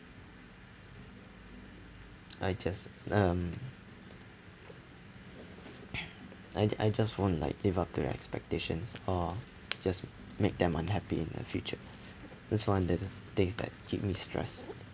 I just um I I just want like live up to their expectations or just make them unhappy in the future this is one of the things that keep me stress